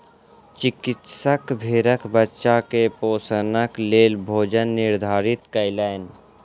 चिकित्सक भेड़क बच्चा के पोषणक लेल भोजन निर्धारित कयलैन